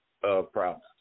problems